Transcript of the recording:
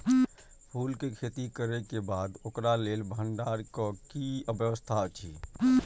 फूल के खेती करे के बाद ओकरा लेल भण्डार क कि व्यवस्था अछि?